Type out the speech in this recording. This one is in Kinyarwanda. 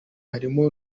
harimo